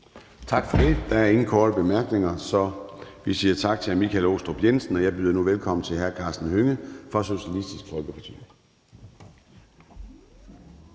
Tak for det. Der er ingen korte bemærkninger, så vi siger tak til hr. Michael Aastrup Jensen. Og jeg byder nu velkommen til hr. Karsten Hønge fra Socialistisk Folkeparti.